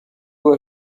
rwo